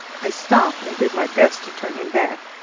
i stopped and did my best to turn him back.